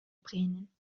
brennen